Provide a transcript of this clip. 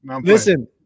Listen